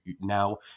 now